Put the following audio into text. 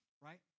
Right